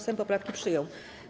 Sejm poprawki przyjął.